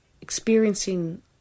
experiencing